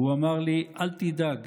והוא אמר לי: אל תדאג,